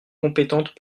compétentes